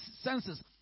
senses